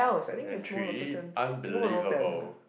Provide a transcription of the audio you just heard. then three unbelievable